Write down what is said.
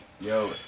Yo